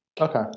Okay